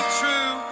true